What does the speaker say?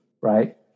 right